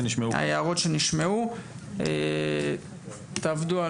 תעבדו על הנוסח עצמו.